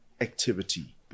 activity